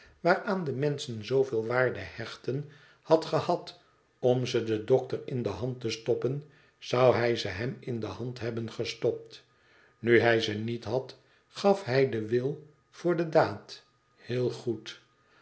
waaraan de menschen zooveel waarde hechten had gehad om ze den dokter in de hand te stoppen zou hij ze hem in de hand hebben gestopt nu hij ze niet had gaf hij den wil voor de daad heel goed